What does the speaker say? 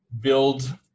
build